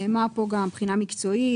נאמר כאן גם בחינה מקצועית,